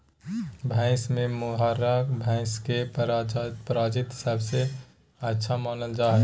भैंस में मुर्राह भैंस के प्रजाति सबसे अच्छा मानल जा हइ